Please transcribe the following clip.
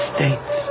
States